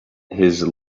his